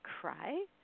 cry